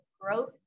Growth